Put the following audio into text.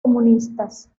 comunistas